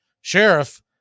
Sheriff